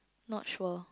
not sure